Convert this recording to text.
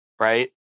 right